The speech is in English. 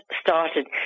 started